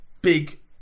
big